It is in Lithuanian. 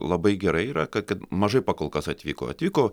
labai gerai yra kad kad mažai pakol kas atvyko atvyko